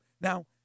now